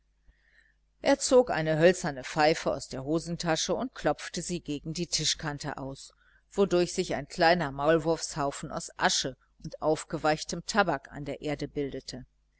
er zog eine hölzerne pfeife aus der hosentasche und klopfte sie gegen die tischkante aus wodurch sich ein kleiner maulwurfshaufen aus asche und aufgeweichtem tabak an der erde bildete